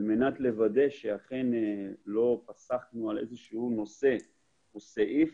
על מנת לוודא שאכן לא פסחנו על איזה נושא או סעיף